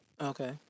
Okay